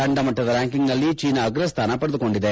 ತಂಡ ಮಟ್ಟದ ರ್ಯಾಂಕಿಂಗ್ನಲ್ಲಿ ಚೀನಾ ಅಗ್ರಸ್ಥಾನ ಪಡೆದುಕೊಂಡಿದೆ